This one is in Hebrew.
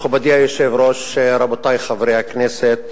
מכובדי היושב-ראש, רבותי חברי הכנסת,